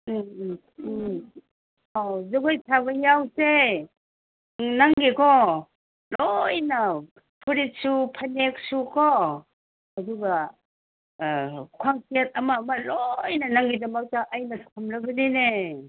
ꯎꯝ ꯎꯝ ꯎꯝ ꯑꯥꯎ ꯖꯒꯣꯏ ꯁꯥꯕ ꯌꯥꯎꯁꯦ ꯎꯝ ꯅꯪꯒꯤꯀꯣ ꯂꯣꯏꯅ ꯐꯨꯔꯤꯠꯁꯨ ꯐꯅꯦꯛꯁꯨꯀꯣ ꯑꯗꯨꯒ ꯈ꯭ꯋꯥꯡꯁꯦꯠ ꯑꯃ ꯑꯃ ꯂꯣꯏꯅ ꯅꯪꯒꯤꯗꯃꯛꯇ ꯑꯩꯅ ꯊꯝꯂꯕꯅꯤꯅꯦ